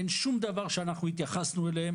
אין שום דבר שאנחנו התייחסנו אליהם,